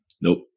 Nope